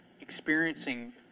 experiencing